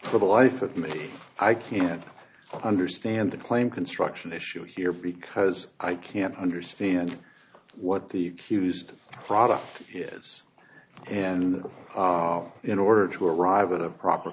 for the life of me i can't understand the claim construction issue here because i can't understand what the used product yes and in order to arrive at a proper